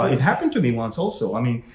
it happened to me once also. i mean,